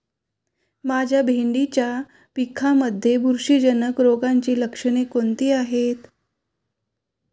माझ्या भेंडीच्या पिकामध्ये बुरशीजन्य रोगाची लक्षणे कोणती आहेत?